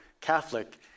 Catholic